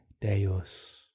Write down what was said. Deus